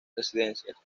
residencias